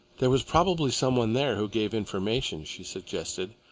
there was probably some one there who gave information, she suggested.